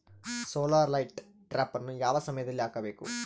Solar light ಟ್ರಾಪನ್ನು ಯಾವ ಸಮಯದಲ್ಲಿ ಹಾಕಬೇಕು?